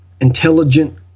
intelligent